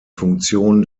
funktion